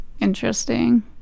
Interesting